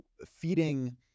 feeding